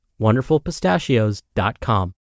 wonderfulpistachios.com